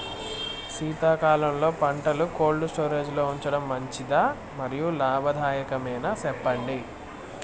శీతాకాలంలో పంటలు cold storage లో ఉంచడం మంచిదా? మరియు లాభదాయకమేనా, సెప్పండి